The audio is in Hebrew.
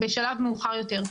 בשלב מאוחר יותר.